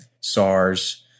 sars